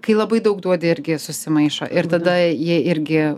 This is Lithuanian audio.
kai labai daug duodi irgi susimaišo ir tada jie irgi